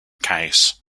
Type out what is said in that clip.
case